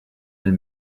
elle